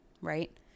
right